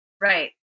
right